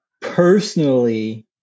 personally